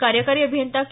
कार्यकारी अभियंता के